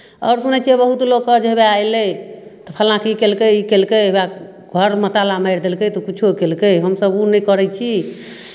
आओर सुनै छियै बहुत लोकके जे हौवए एलै तऽ फल्लाँ की केलकै ई केलकै हौवए घरमे ताला मारि देलकै तऽ किछो केलकै हमसभ ओ नहि करै छी